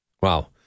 Wow